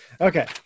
okay